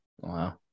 Wow